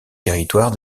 territoire